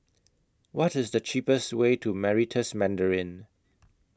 What IS The cheapest Way to Meritus Mandarin